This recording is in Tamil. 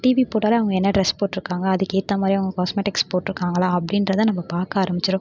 டிவி போட்டாலும் அவங்க என்ன டிரெஸ் போட்டிருக்காங்க அதுக்கேற்ற மாதிரி அவங்க காஸ்மெட்டிக்ஸ் போட்டிருக்காங்களா அப்படின்றத நம்ம பார்க்க ஆரம்பிச்சுருவோம்